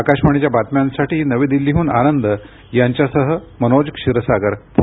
आकाशवाणीच्या बातम्यांसाठी नवी दिल्लीहून आनंद यांच्यासह मनोज क्षीरसागर पुणे